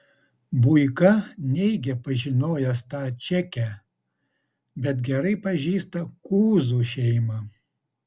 buika neigia pažinojęs tą čekę bet gerai pažįsta kuzų šeimą